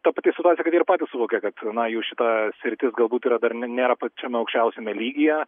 ta pati situacija kad jie ir patys suvokia kad na jų šitą sritis galbūt yra dar ne nėra pačiame aukščiausiame lygyje